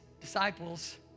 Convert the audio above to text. disciples